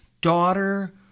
daughter